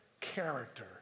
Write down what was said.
character